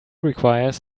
requires